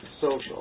social